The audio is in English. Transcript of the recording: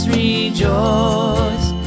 rejoice